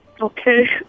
Okay